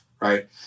right